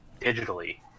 digitally